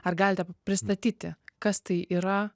ar galite pristatyti kas tai yra